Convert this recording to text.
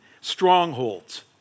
strongholds